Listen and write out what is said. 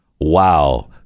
Wow